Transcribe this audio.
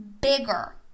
bigger